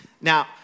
Now